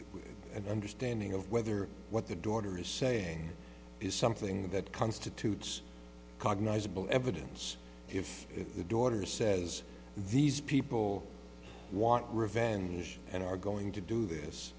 with an understanding of whether what the daughter is saying is something that constitutes cognizable evidence if the daughter says these people want revenge and are going to do this